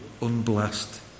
unblessed